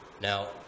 Now